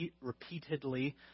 repeatedly